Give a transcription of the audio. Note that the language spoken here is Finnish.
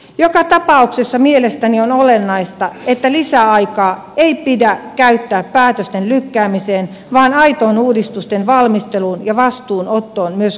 joka tapauksessa mielestäni on olennaista että lisäaikaa ei pidä käyttää päätösten lykkäämiseen vaan aitoon uudistusten valmisteluun ja vastuunottoon myös kunnissa